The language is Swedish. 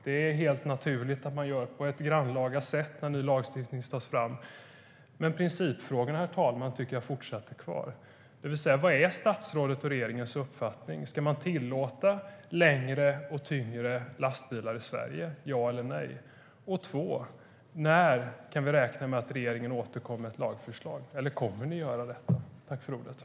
Det är helt naturligt att man gör det på ett grannlaga sätt när ny lagstiftning ska tas fram. Men principfrågorna är kvar fortfarande kvar. Vad är statsrådets och regeringens uppfattning? Ska man tillåta längre och tyngre lastbilar i Sverige - ja eller nej? När kan vi räkna med att regeringen återkommer med ett lagförslag? Kommer ni att göra det?